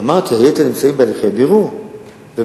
אמרתי שהיתר נמצאים בהליכי בירור ובדיקה.